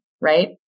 right